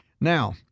Now